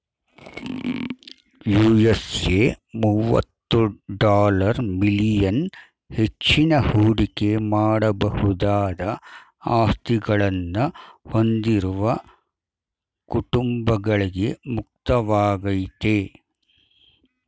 USA ಮುವತ್ತು dollar million ಹೆಚ್ಚಿನ ಹೂಡಿಕೆ ಮಾಡಬಹುದಾದ ಆಸ್ತಿಗಳನ್ನ ಹೊಂದಿರುವ ಕುಟುಂಬಗಳ್ಗೆ ಮುಕ್ತವಾಗೈತೆ